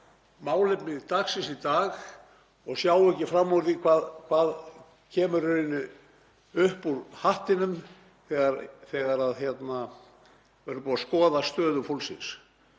málefni dagsins í dag og sjá ekki fram úr þeim, hvað komi upp úr hattinum þegar verður búið að skoða stöðu fólksins.